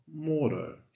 Mordo